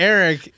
Eric